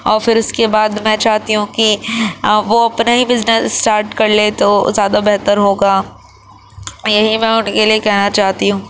اور پھر اس کے بعد میں چاہتی ہوں کہ وہ اپنا ہی بزنس اسٹارٹ کر لیں تو وہ زیادہ بہتر ہوگا یہی میں ان کے لیے کہنا چاہتی ہوں